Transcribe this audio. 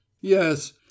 Yes